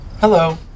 Hello